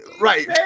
Right